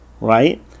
Right